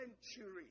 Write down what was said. century